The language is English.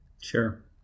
Sure